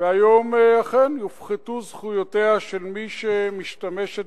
והיום אכן יופחתו זכויותיה של מי שמשתמשת